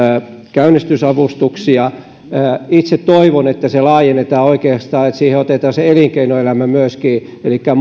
käynnistysavustuksia itse toivon että sitä oikeastaan laajennetaan niin että siihen otetaan se elinkeinoelämä myöskin elikkä